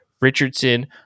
richardson